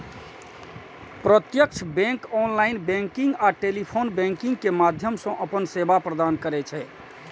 प्रत्यक्ष bank online banking आ telephone banking के माध्यम सं अपन सेवा प्रदान करै छै